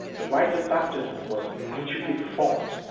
the rite of baptism was immediately performed,